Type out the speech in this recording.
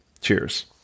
Cheers